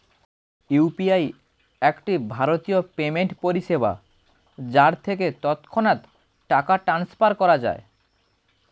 UPI একটি ভারতীয় payment পরিষেবা যার থেকে তৎক্ষণাৎ টাকা ট্রান্সফার করা যায়